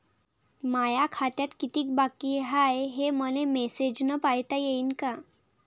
माया खात्यात कितीक बाकी हाय, हे मले मेसेजन पायता येईन का?